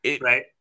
Right